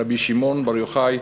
רבי שמעון בר יוחאי,